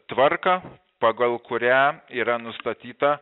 tvarką pagal kurią yra nustatyta